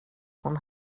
hon